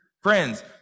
Friends